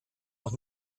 noch